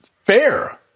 Fair